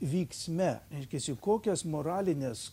vyksme reiškiasi kokias moralines